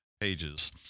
pages